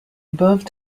above